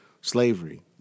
slavery